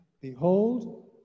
Behold